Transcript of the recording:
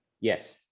yes